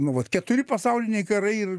nu vat keturi pasauliniai karai ir